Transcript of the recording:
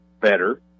better